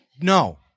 no